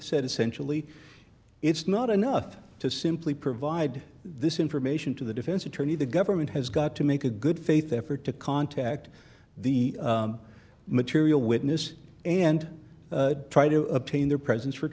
said essentially it's not enough to simply provide this information to the defense attorney the government has got to make a good faith effort to contact the material witness and try to obtain their presence for